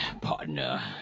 partner